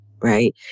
Right